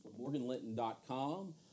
MorganLinton.com